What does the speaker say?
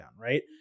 right